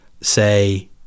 say